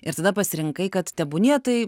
ir tada pasirinkai kad tebūnie tai